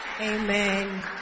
Amen